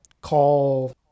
call